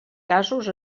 casos